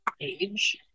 age